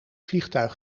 vliegtuig